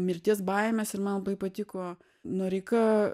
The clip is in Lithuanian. mirties baimės ir man labai patiko noreika